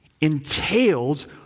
entails